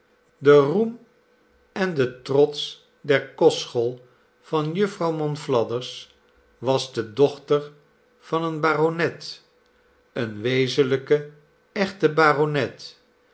de roem en de trots der kostschool van jufvrouw monflathers was de dochter van een baronet een wezenlijken echten baronet